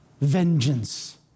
vengeance